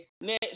Next